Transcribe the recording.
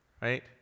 right